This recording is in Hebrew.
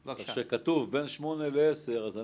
כשכתוב בין 8 ל-10 אנחנו